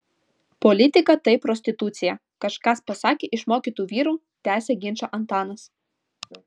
politika tai prostitucija kažkas pasakė iš mokytų vyrų tęsia ginčą antanas